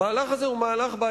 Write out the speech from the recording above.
המהלך הזה בעייתי,